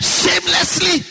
shamelessly